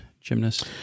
gymnast